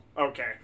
okay